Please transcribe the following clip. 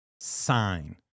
sign